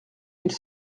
mille